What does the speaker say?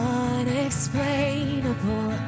unexplainable